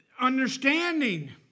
understanding